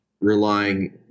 relying